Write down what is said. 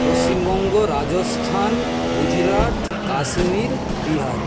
Paschimbanga Rajasthan Gujarat Kashmir Bihar